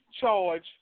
charge